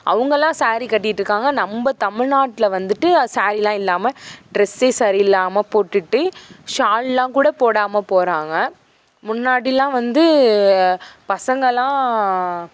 அவங்களாம் ஸேரி கட்டிட்டுருக்காங்க நம்ம தமிழ்நாட்டில் வந்துட்டு சாரிலாம் இல்லாமல் டிரெஸ்ஸே சரி இல்லாமல் போட்டுட்டு ஷால்லாம் கூட போடாமல் போகிறாங்க முன்னாடிலாம் வந்து பசங்கள்லாம்